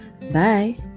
Bye